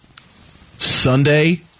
Sunday